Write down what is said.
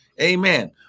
Amen